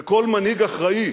וכל מנהיג אחראי